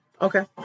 Okay